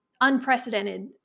unprecedented